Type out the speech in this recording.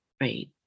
right